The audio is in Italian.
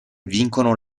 vincono